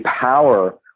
power